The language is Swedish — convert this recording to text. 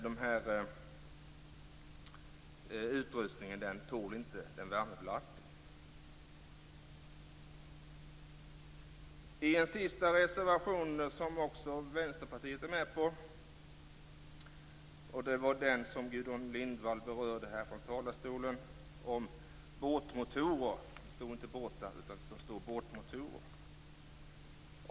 Den utrustningen tål inte den värmebelastningen. Den sista reservationen, som också Vänsterpartiet är med på och som Gudrun Lindvall berörde från talarstolen, handlar om båtmotorer.